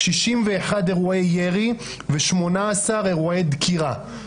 61 אירועי ירי ו- 18 אירועי דקירה.